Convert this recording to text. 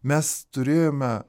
mes turėjome